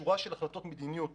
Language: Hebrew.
מדובר בשורה של החלטות מדיניוּת